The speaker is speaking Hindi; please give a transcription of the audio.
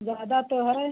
ज्यादा तो है